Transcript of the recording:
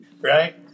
right